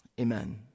Amen